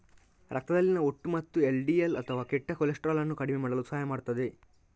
ರಕ್ತದಲ್ಲಿನ ಒಟ್ಟು ಮತ್ತು ಎಲ್.ಡಿ.ಎಲ್ ಅಥವಾ ಕೆಟ್ಟ ಕೊಲೆಸ್ಟ್ರಾಲ್ ಅನ್ನು ಕಡಿಮೆ ಮಾಡಲು ಸಹಾಯ ಮಾಡುತ್ತದೆ